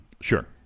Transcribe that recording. Sure